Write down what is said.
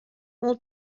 whole